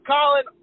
Colin